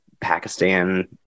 Pakistan